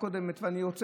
טוב, הוא לא מקשיב.